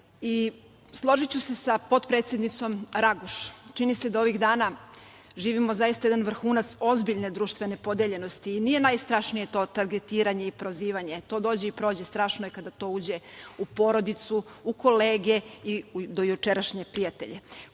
centrom. Složiću se sa potpredsednicom Raguš. Čini se da ovih dana živimo zaista jedan vrhunac ozbiljne društvene podeljenosti. Nije najstrašnije to targetiranje i prozivanje. To dođe i prođe, ali strašno je kada to uđe u porodicu, u kolege i u dojučerašnje prijatelje.